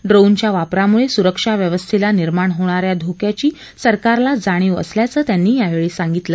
ड्रोनच्या वापरामुळे सुरक्षाव्यवस्थेला निर्माण होणाऱ्या धोक्याची सरकारला जाणीव असल्याचं त्यांनी यावेळी सांगितलं